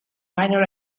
minor